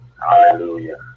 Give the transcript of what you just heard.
Hallelujah